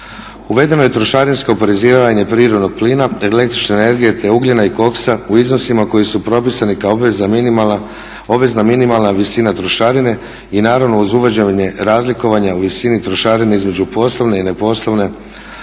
Uvedeno je trošarinsko oporezivanje prirodnog plina, el.energije te ugljena i koksa u iznosima koji su propisani kao obvezna minimalna trošarine i naravno uz uvođenje razlikovanja u visini trošarine između poslovne i ne poslovne